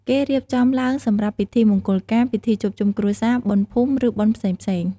គេរៀបចំឡើងសម្រាប់ ពិធីមង្គលការ ពិធីជួបជុំគ្រួសារ បុណ្យភូមិ ឬបុណ្យផ្សេងៗ ។